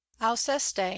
Alceste